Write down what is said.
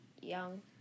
Young